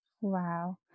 Wow